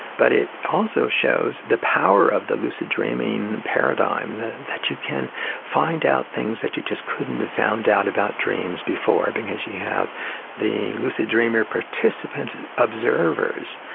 but it also shows the power of the lucid dreaming paradigm, that you can find out things that you just couldn't have found out about dreams before, because you have the lucid dreamer, participant observers.